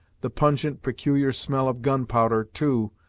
the pungent, peculiar smell of gunpowder, too,